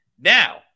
Now